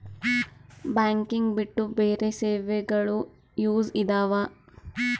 Banking ಬಿಟ್ಟು ಬೇರೆ ಸೇವೆಗಳು ಯೂಸ್ ಇದಾವ?